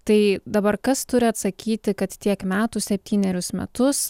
tai dabar kas turi atsakyti kad tiek metų septynerius metus